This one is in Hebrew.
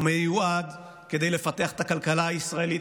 הוא מיועד כדי לפתח את הכלכלה הישראלית,